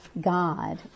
God